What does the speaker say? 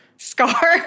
Scar